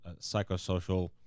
psychosocial